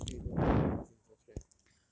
okay okay okay don't talk about it since you so stress